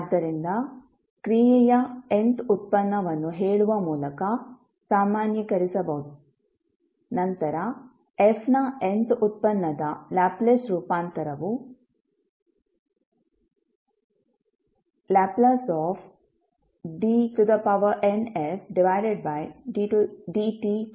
ಆದ್ದರಿಂದ ಕ್ರಿಯೆಯ nth ಉತ್ಪನ್ನವನ್ನು ಹೇಳುವ ಮೂಲಕ ಸಾಮಾನ್ಯೀಕರಿಸಬಹುದು ನಂತರ f ನ nth ಉತ್ಪನ್ನದ ಲ್ಯಾಪ್ಲೇಸ್ ರೂಪಾಂತರವು Ldnfdtn snFs sn 1f sn 2f0